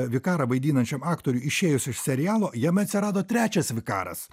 vikarą vaidinančiam aktoriui išėjus iš serialo jame atsirado trečias vikaras